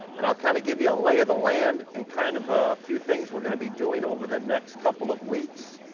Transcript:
and i'll kind of give you a lay of the land and kind of a few things we're gonna be doing over the next couple of weeks.